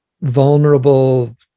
vulnerable